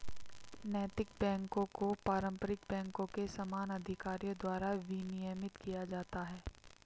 नैतिक बैकों को पारंपरिक बैंकों के समान अधिकारियों द्वारा विनियमित किया जाता है